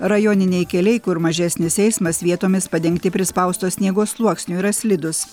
rajoniniai keliai kur mažesnis eismas vietomis padengti prispausto sniego sluoksniu yra slidūs